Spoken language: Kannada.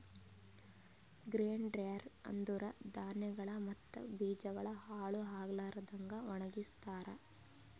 ಗ್ರೇನ್ ಡ್ರ್ಯೆರ ಅಂದುರ್ ಧಾನ್ಯಗೊಳ್ ಮತ್ತ ಬೀಜಗೊಳ್ ಹಾಳ್ ಆಗ್ಲಾರದಂಗ್ ಒಣಗಸ್ತಾರ್